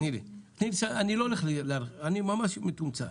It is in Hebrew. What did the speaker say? מיכל, ממש מתומצת,